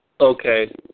Okay